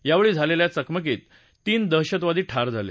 यावेळी झालेल्या चकमकीत तीन दहशतवादी ठार झाले